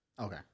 okay